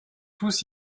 tous